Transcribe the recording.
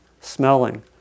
smelling